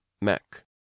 Mac